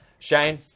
Shane